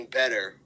better